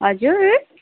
हजुर